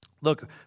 Look